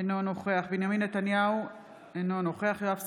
אינו נוכח בנימין נתניהו, אינו נוכח יואב סגלוביץ'